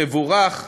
מבורך.